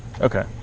Okay